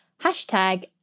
Hashtag